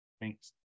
Thanks